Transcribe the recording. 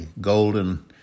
golden